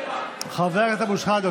חבר הכנסת אבו שחאדה,